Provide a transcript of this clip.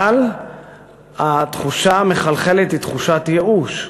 אבל התחושה המחלחלת היא תחושת ייאוש,